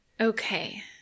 Okay